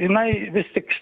jinai vis tik